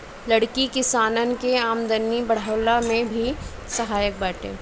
लकड़ी किसानन के आमदनी बढ़वला में भी सहायक बाटे